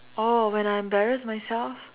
oh when I embarrass myself